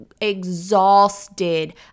exhausted